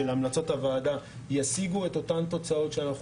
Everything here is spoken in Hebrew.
שהמלצות הוועדה ישיגו אותן תוצאות שאנחנו